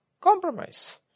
compromise